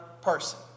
person